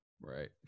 Right